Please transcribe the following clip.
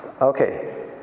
Okay